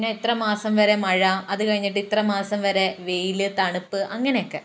ഇന്ന ഇത്രമാസം വരെ മഴ അതുകഴിഞ്ഞിട്ട് ഇത്രമാസം വരെ വെയില് തണുപ്പ് അങ്ങിനെയൊക്കെ